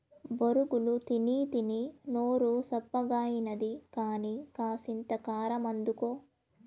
బొరుగులు తినీతినీ నోరు సప్పగాయినది కానీ, కాసింత కారమందుకో